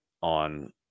on